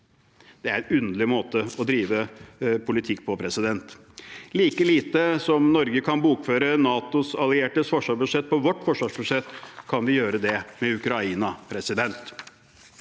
Det er en underlig måte å drive politikk på. Like lite som at Norge kan bokføre NATOs alliertes forsvarsbudsjett på vårt forsvarsbudsjett, kan vi gjøre det med Ukraina. At